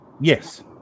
yes